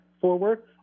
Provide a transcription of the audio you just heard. forward